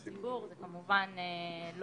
מופעל כל הזמן.